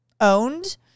owned